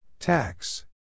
Tax